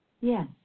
Yes